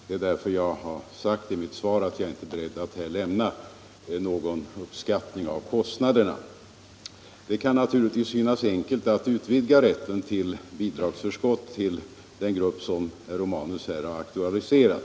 Detta är anledningen till att jag i mitt svar sade att jag inte är beredd att lämna någon direkt uppskattning av dessa kostnader. Det kan naturligtvis synas enkelt att utvidga rätten till bidragsförskott till att gälla den grupp som herr Romanus här har aktualiserat.